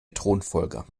thronfolger